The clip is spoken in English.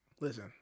Listen